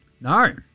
No